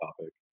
topic